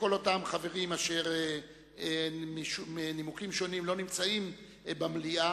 כל אותם חברים אשר מנימוקים שונים לא נמצאים במליאה,